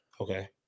Okay